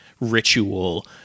ritual